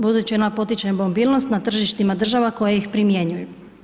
Budući ona potiče mobilnost na tržištima država koje ih primjenjuju.